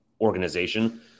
organization